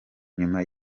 nyuma